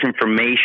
information